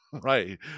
right